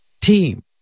team